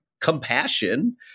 compassion